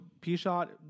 P-Shot